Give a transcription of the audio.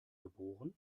geboren